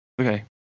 Okay